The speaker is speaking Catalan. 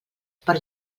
per